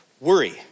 worry